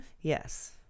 Yes